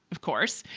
of course,